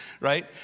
right